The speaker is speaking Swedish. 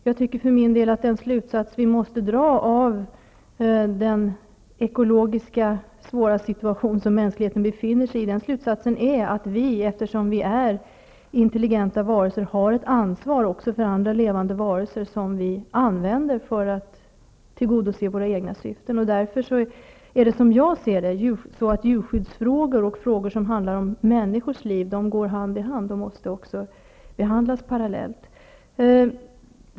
Jag tycker för min del att den slutsats vi måste dra av den ekologiska svåra situation som mänskligheten befinner sig i är att vi, eftersom vi är intelligenta varelser, har ett ansvar för andra levande varelser som vi använder för att tillgodose våra egna syften. Därför går djurskyddsfrågor och frågor som handlar om människors liv hand i hand och måste behandlas parallellt.